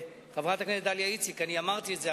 חברת הכנסת דליה איציק, אני אמרתי את זה.